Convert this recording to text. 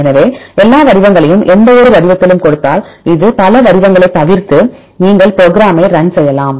எனவே எல்லா வடிவங்களையும் எந்தவொரு வடிவத்திலும் கொடுத்தால் அது பல வடிவங்களைத் தவிர்த்து நீங்கள் ப்ரோக்ராமை ரன் செய்யலாம்